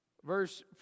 Verse